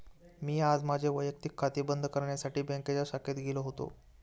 मी आज माझे वैयक्तिक खाते बंद करण्यासाठी बँकेच्या शाखेत गेलो होतो